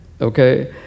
okay